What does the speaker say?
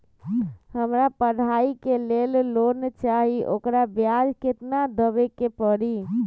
हमरा पढ़ाई के लेल लोन चाहि, ओकर ब्याज केतना दबे के परी?